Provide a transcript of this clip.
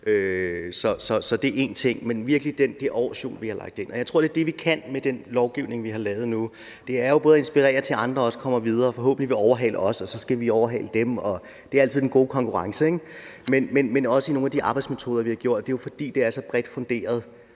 så det er én ting, men så er der virkelig også det årshjul, vi har lagt ind. Og jeg tror, det er det, vi kan med den lovgivning, vi har lavet nu. Det er både at inspirere andre til også at komme videre og forhåbentlig overhale os, og så skal vi overhale dem, og det er altid den gode konkurrence, ikke sandt, men også nogle af de arbejdsmetoder, vi har brugt. Det er jo, fordi det er så bredt funderet,